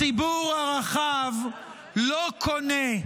הציבור הרחב לא קונה,